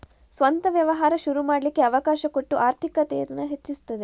ಸ್ವಂತ ವ್ಯವಹಾರ ಶುರು ಮಾಡ್ಲಿಕ್ಕೆ ಅವಕಾಶ ಕೊಟ್ಟು ಆರ್ಥಿಕತೇನ ಹೆಚ್ಚಿಸ್ತದೆ